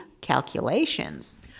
calculations